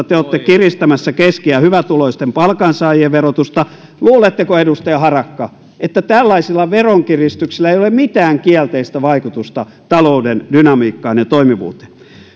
te te olette kiristämässä keski ja hyvätuloisten palkansaajien verotusta luuletteko edustaja harakka että tällaisilla veronkiristyksillä ei ole mitään kielteistä vaikutusta talouden dynamiikkaan ja toimivuuteen